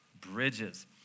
Bridges